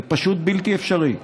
זה פשוט בלתי אפשרי.